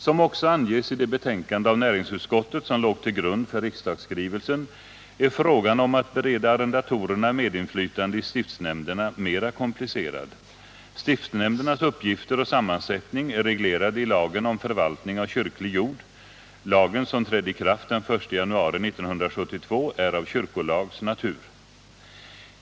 Som också anges i det betänkande av näringsutskottet som låg till grund för riksdagsskrivelsen är frågan om att bereda arrendatorerna medinflytande i stiftsnämnderna mera komplicerad. Stiftsnämndernas uppgifter och sammansättning är reglerad i lagen om förvaltning av kyrklig jord. Lagen, som trädde i kraft den 1 januari 1972, är av kyrkolags natur.